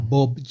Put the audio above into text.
Bob